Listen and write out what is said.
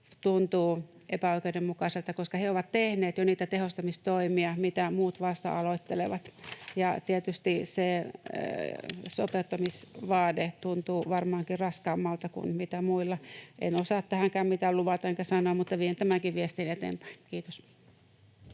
tuntuu epäoikeudenmukaiselta, koska he ovat tehneet jo niitä tehostamistoimia, mitä muut vasta aloittelevat, ja tietysti se sopeuttamisvaade tuntuu varmaankin raskaammalta kuin muilla. En osaa tähänkään mitään luvata enkä sanoa, mutta vien tämänkin viestin eteenpäin. — Kiitos.